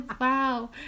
Wow